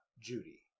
Judy